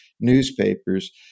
newspapers